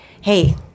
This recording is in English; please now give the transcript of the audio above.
Hey